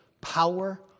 power